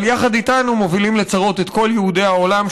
אבל יחד איתנו מובילים לצרות את כל יהודי העולם,